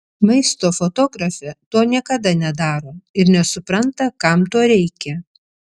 maisto fotografė to niekada nedaro ir nesupranta kam to reikia